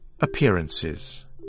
Appearances